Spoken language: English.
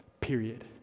Period